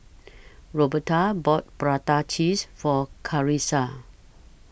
Roberta bought Prata Cheese For Carissa